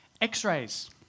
X-rays